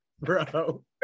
Bro